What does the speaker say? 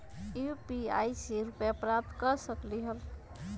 UPI से रुपए प्राप्त कर सकलीहल?